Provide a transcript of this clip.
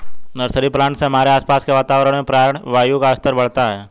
nursery plant से हमारे आसपास के वातावरण में प्राणवायु का स्तर बढ़ता है